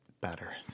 better